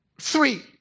three